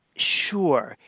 sure.